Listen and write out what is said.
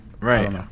Right